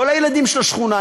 כל הילדים של השכונה,